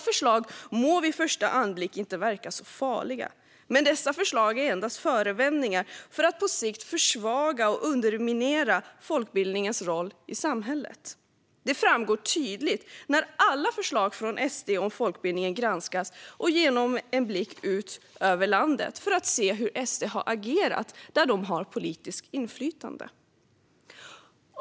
Förslagen må vid första anblick inte verka så farliga, men dessa förslag är endast förevändningar för att på sikt försvaga och underminera folkbildningens roll i samhället. Det framgår tydligt när alla förslag från SD om folkbildningen granskas genom en blick ut över landet för att se hur SD har agerat där de har politiskt inflytande.